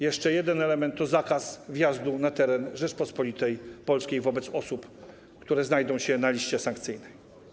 Jeszcze jeden element to zakaz wjazdu na teren Rzeczypospolitej Polskiej wobec osób, które znajdą się na liście sankcyjnej.